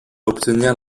obtenir